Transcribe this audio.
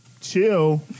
chill